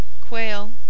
quail